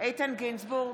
איתן גינזבורג,